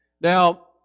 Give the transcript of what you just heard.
Now